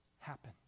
happen